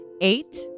Eight